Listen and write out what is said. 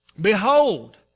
Behold